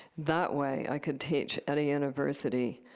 that way, i could teach at a university.